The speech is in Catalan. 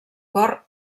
cor